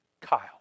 Kyle